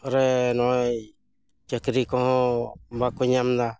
ᱨᱮ ᱱᱚᱜᱼᱚᱭ ᱪᱟᱹᱠᱨᱤ ᱠᱚᱦᱚᱸ ᱵᱟᱠᱚ ᱧᱟᱢ ᱫᱟ